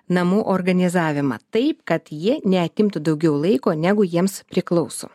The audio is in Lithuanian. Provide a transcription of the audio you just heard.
namų organizavimą taip kad jie neatimtų daugiau laiko negu jiems priklauso